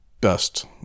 best